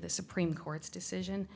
the supreme court's decision